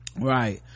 right